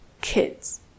kids